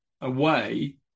away